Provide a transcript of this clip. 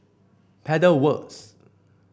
Pedal Works